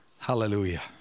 Hallelujah